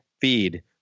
feed